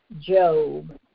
Job